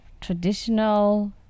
traditional